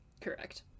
Correct